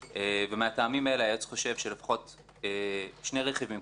מהטעמים האלה היועץ חושב שלפחות שני רכיבים כפי שאמרתי,